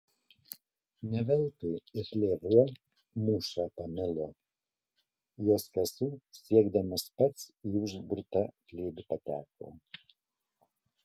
ne veltui ir lėvuo mūšą pamilo jos kasų siekdamas pats į užburtą glėbį pateko